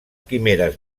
quimeres